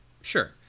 Sure